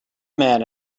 man